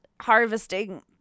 harvesting